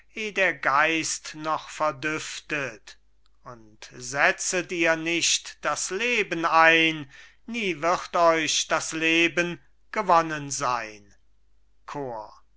der geist noch verdüftet und setzet ihr nicht das leben ein nie wird euch das leben gewonnen sein chor